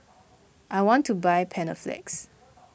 I want to buy Panaflex